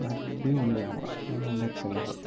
അടിപൊളി camera nine one X L ആറ്